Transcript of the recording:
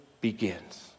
begins